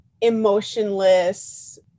emotionless